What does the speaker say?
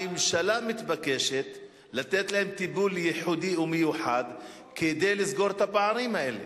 הממשלה מתבקשת לתת להם טיפול ייחודי ומיוחד כדי לסגור את הפערים האלה.